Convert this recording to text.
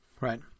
Right